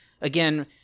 again